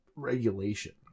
regulation